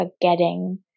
forgetting